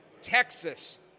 Texas